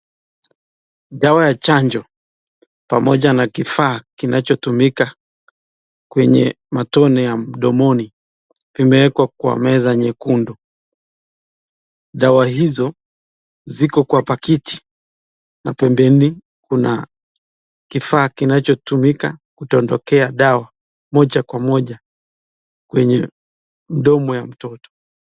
Dawa ya chanjo, pamoja na kifaa kinacho tumika kwenye matone ya mdomoni, vimewekwa kwa meza nyekundu. Dawa hizo ziko kwa pakiti na pembeni kuna kifaa kinacho tumika, kudondokea dawa moja kwa moja, kwenye mdomo ya mtoto.